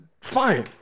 fine